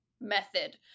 method